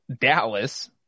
Dallas